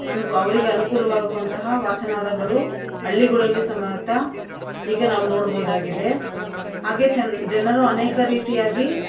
ಅನ್ಕು ಅವರಿಗೆ ಅನುಕೂಲವಾಗುವಂತಹ ವಾಚನಾಲಯಗಳು ಹಳ್ಳಿಗಳಲ್ಲಿ ಸಮೇತ ಈಗ ನಾವು ನೋಡ್ಬೋದಾಗಿದೆ ಹಾಗೇ ಚನ್ ಜನರು ಅನೇಕ ರೀತಿಯಾಗಿ